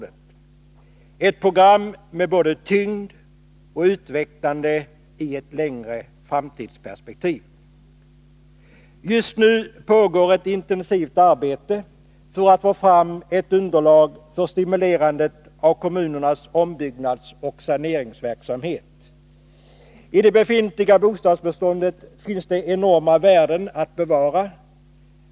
Det är ett program som både har tyngd och är utvecklande i ett framtidsperspektiv. Just nu pågår ett intensivt arbete för att få fram ett underlag för stimulerandet av kommunernas ombyggnadsoch saneringsverksamhet. I det befintliga bostadsbeståndet finns det enorma värden att bevara.